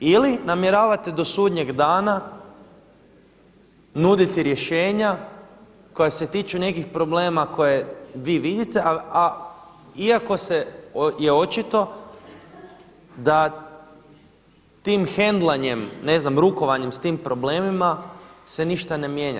Ili namjeravate do sudnjeg dana nuditi rješenja koja se tiču nekih problema koje vi vidite, a iako je očito da tim hendlanjem, ne znam rukovanjem s tim problemima se ništa ne mijenja.